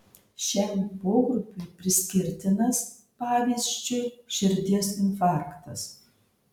šiam pogrupiui priskirtinas pavyzdžiui širdies infarktas